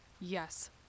yes